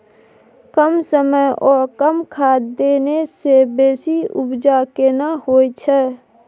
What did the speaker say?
कम समय ओ कम खाद देने से बेसी उपजा केना होय छै?